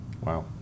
Wow